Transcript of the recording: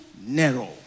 Narrow